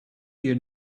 you